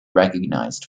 recognized